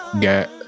got